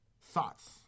Thoughts